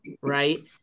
right